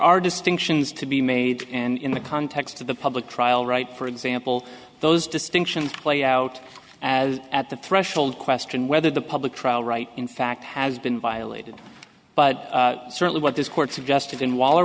are distinctions to be made and in the context of a public trial right for example those distinctions play out as at the threshold question whether the public trial right in fact has been violated but certainly what this court suggested in waller